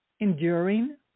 enduring